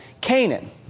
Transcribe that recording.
Canaan